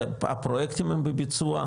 הפרויקטים הם בביצוע,